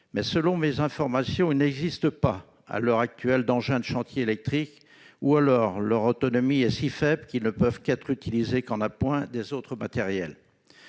Mais, selon mes informations, il n'existe pas à l'heure actuelle d'engins de chantier électriques, ou alors leur autonomie est si faible qu'ils ne peuvent être utilisés qu'en appoint des autres matériels.